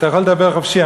אתה יכול לדבר חופשי,